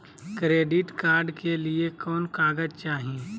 Credit card के लिए कौन कागज चाही?